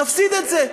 נפסיד את זה.